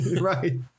Right